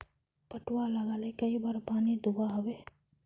पटवा लगाले कई बार पानी दुबा होबे?